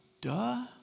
duh